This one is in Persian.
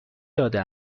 داده